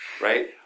Right